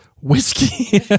whiskey